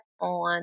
on